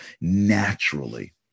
naturally